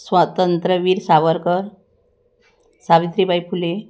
Swatantryaveer Savarkar Savitribai Phule